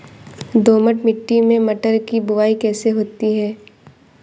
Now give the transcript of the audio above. दोमट मिट्टी में मटर की बुवाई कैसे होती है?